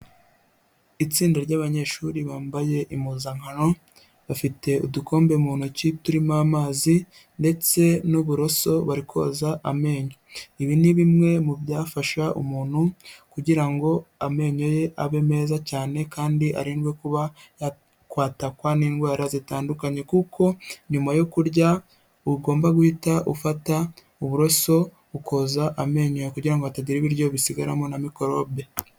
Itsinda ry'abanyeshuri bambaye impuzankano bafite udukombe mu ntoki turimo amazi ndetse n'uburoso bari koza amenyo ibi ni bimwe mu byafasha umuntu kugira ngo amenyo ye abe meza cyane kandi arindwe kuba yakwatakwa n'indwara zitandukanye kuko nyuma yo kurya ugomba guhita ufata uburoso ukoza amenyo kugirango ngo hatagira ibiryo bisigararamo na mikorobe.